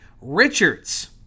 richards